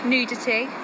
Nudity